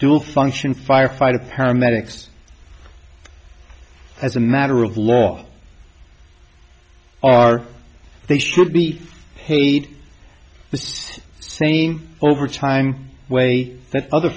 dual function firefighter paramedics as a matter of law are they should meet hate the same overtime way that other